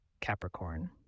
Capricorn